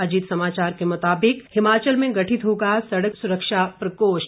अजीत समाचार के मुताबिक हिमाचल में गठित होगा सड़क सुरक्षा प्रकोष्ठ